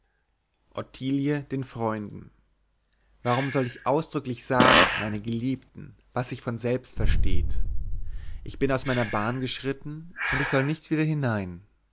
den freunden warum soll ich ausdrücklich sagen meine geliebten was sich von selbst versteht ich bin aus meiner bahn geschritten und ich soll nicht wieder hinein